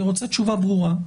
אני רוצה תשובה ברורה,